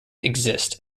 exist